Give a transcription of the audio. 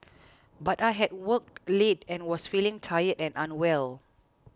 but I had worked late and was feeling tired and unwell